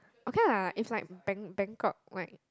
okay lah is like bang Bangkok like